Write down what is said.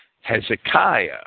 Hezekiah